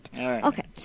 Okay